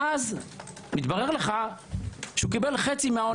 ואז מתברר לך שהוא קיבל חצי מהעונש שלו.